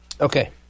Okay